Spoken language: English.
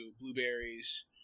blueberries